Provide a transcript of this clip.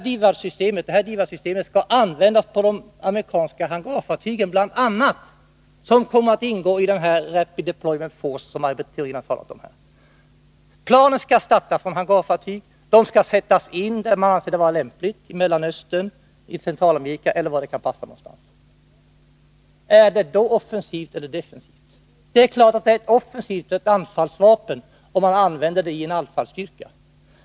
DIVAD-systemet skall användas bl.a. på de amerikanska hangarfartyg som kommer att ingå i Rapid Deployment Force, som Maj Britt Theorin talade om här. Planen skall starta från hangarfartyg. De skall sättas in där man anser det vara lämpligt — i Mellanöstern, i Centralamerika eller var det passar någonstans. Är det offensivt eller defensivt? Det är klart att det är ett offensivt vapen, ett anfallsvapen, om man använder det i en anfallsstyrka.